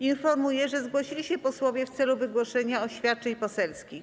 Informuję, że zgłosili się posłowie w celu wygłoszenia oświadczeń poselskich.